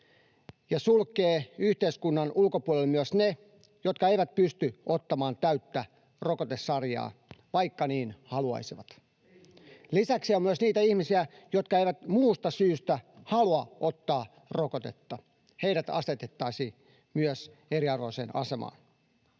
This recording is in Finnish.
ja sulkee yhteiskunnan ulkopuolelle myös ne, jotka eivät pysty ottamaan täyttä rokotesarjaa, vaikka niin haluaisivat. [Aki Lindén: Ei sulje pois!] Lisäksi on myös niitä ihmisiä, jotka eivät muusta syystä halua ottaa rokotetta. Heidät asetettaisiin myös eriarvoiseen asemaan.